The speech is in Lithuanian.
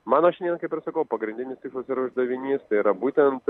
mano šiandien kaip ir sakau pagrindinis tikslas ir uždavinys yra būtent